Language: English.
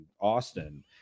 Austin